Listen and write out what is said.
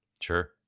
Sure